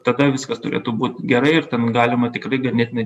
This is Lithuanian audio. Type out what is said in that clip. tada viskas turėtų būt gerai ir ten galima tikrai ganėtinai